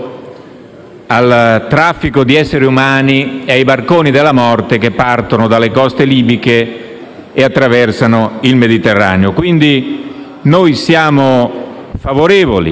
al traffico di esseri umani e ai barconi della morte che partono dalle coste libiche e attraversano il Mediterraneo. Quindi, noi siamo favorevoli